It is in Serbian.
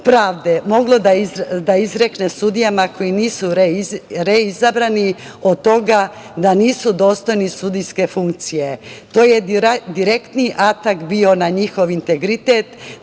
moglo da izrekne sudijama koji nisu reizabrani, od toga da nisu dostojni sudijske funkcije? To je direktni atak bio na njihov integritet.